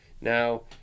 Now